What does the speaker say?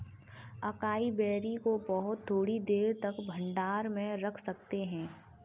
acai berry को बहुत थोड़ी देर तक भंडारण में रख सकते हैं